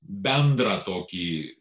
bendrą tokį